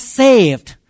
saved